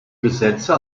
gesetze